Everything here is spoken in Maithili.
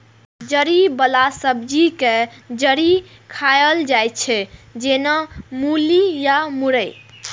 जड़ि बला सब्जी के जड़ि खाएल जाइ छै, जेना मूली या मुरइ